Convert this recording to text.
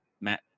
Matt